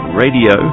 radio